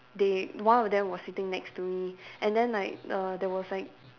they one of them were sitting next to me and then like err there was like